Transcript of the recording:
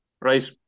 Right